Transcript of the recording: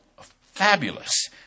fabulous